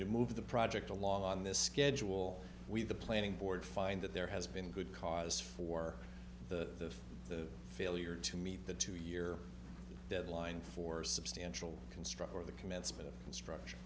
to move the project along on this schedule with the planning board find that there has been good cause for the failure to meet the two year deadline for substantial construct or the commencement structure